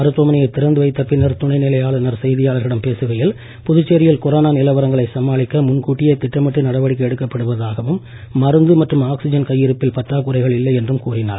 மருத்துவமனையை திறந்து வைத்த பின்னர் துணை நிலை ஆளுநர் செய்தியாளர்களிடம் பேசுகையில் புதுச்சேரியில் கொரோனா நிலவரங்களை சமாளிக்க முன் கூட்டியே திட்டமிட்டு நடவடிக்கை எடுக்கப்படுவதாகவும் மருந்து மற்றும் ஆக்ஸிஜன் கையிருப்பில் பற்றாக்குறைகள் இல்லை என்றும் கூறினார்